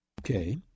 Okay